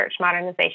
modernization